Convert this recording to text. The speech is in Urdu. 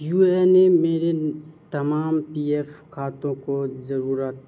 یو این اے میرے تمام پی ایف کھاتوں کو ضرورت